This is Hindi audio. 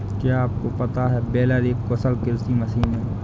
क्या आपको पता है बेलर एक कुशल कृषि मशीन है?